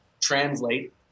translate